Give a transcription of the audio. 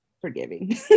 forgiving